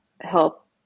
help